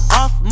off